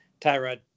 Tyrod